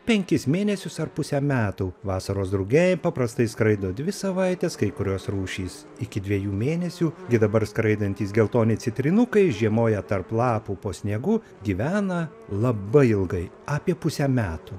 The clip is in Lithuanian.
penkis mėnesius ar pusę metų vasaros drugiai paprastai skraido dvi savaites kai kurios rūšys iki dviejų mėnesių gi dabar skraidantys geltoni citrinukai žiemoja tarp lapų po sniegu gyvena labai ilgai apie pusę metų